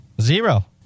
zero